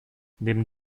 neben